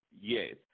Yes